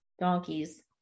Donkeys